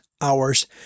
hours